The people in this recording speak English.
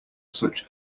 such